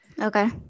Okay